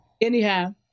anyhow